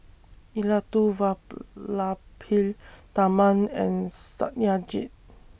Elattuvalapil Tharman and Satyajit